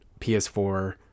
ps4